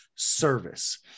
service